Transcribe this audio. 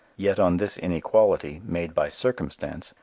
yet on this inequality, made by circumstance,